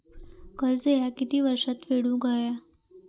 कर्ज ह्या किती वर्षात फेडून हव्या?